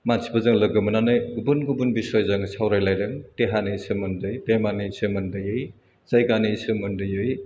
मानसिफोरजों लोगो मोन्नानै गुबुन गुबुन बिसय जों सावरायलाइदों देहानि सोमोन्दै बेमारनि सोमोन्दैयै जायगानि सोमोन्दैयै